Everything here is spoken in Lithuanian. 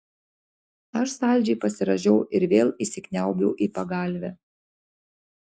aš saldžiai pasirąžiau ir vėl įsikniaubiau į pagalvę